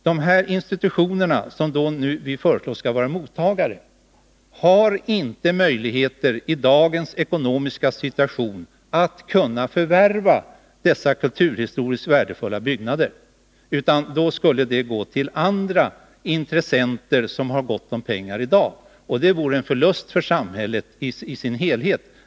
De institutioner som vi föreslår skall vara mottagare har i dagens ekonomiska situation inte möjligheter att förvärva några kulturhistoriskt värdefulla byggnader, utan dessa skulle säljas till andra intressenter, som har gott om pengar, och det vore en förlust för samhället i dess helhet.